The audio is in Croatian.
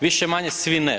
Više, manje svi ne.